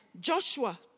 Joshua